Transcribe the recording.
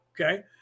okay